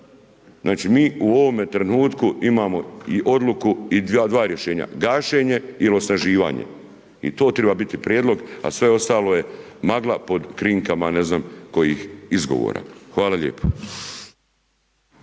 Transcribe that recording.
Znači mi u ovome trenutku imao i odluku i dva rješenja, gašenje i osnaživanje. I to treba biti prijedlog, a sve ostalo je magla pod krinkama, ne znam koji izgovora. Hvala lijepo.